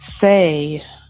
say